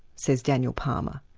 says daniel palmer.